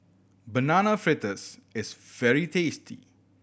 Banana Fritters is very tasty